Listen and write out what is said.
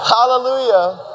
Hallelujah